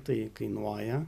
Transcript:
tai kainuoja